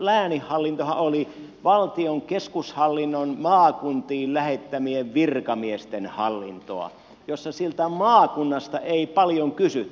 lääninhallintohan oli valtion keskushallinnon maakuntiin lähettämien virkamiesten hallintoa jossa sieltä maakunnasta ei paljon kysytty